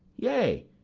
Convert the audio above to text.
yea,